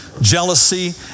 jealousy